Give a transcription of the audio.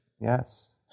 Yes